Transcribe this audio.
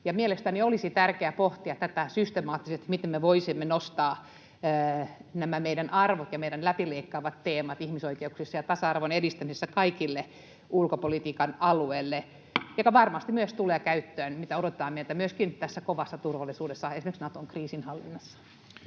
Mielestäni olisi tärkeää pohtia tätä systemaattisesti, miten me voisimme nostaa nämä meidän arvot ja meidän läpileikkaavat teemat ihmisoikeuksissa ja tasa-arvon edistämisessä kaikille ulkopolitiikan alueille, jotka varmasti myös tulevat käyttöön, mitä odotetaan meiltä myöskin tässä kovassa turvallisuudessa, esimerkiksi Naton kriisinhallinnassa.